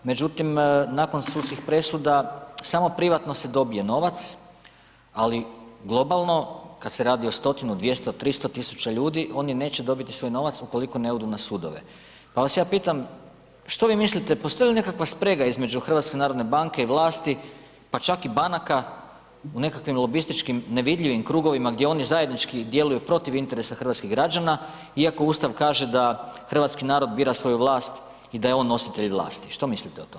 Međutim, nakon sudskih presuda, samo privatno se dobije novac, ali globalno kad se radi o stotinu, 200, 300 000 ljudi, oni neće dobiti svoj novac ukoliko ne odu na sudove, pa vas ja pitam, što vi mislite, postoji li nekakva sprega između HNB-a i vlasti, pa čak i banaka u nekakvim lobističkim, nevidljivim krugovima gdje oni zajednički djeluju protiv interesa hrvatskih građana iako Ustav kaže da hrvatski narod bira svoju vlast i da je on nositelj vlasti, što mislite o tome?